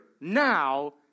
now